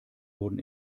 wurden